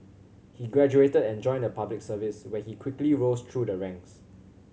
he graduated and joined the Public Service where he quickly rose through the ranks